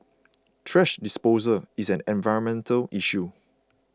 thrash disposal is an environmental issue